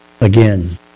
again